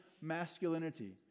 masculinity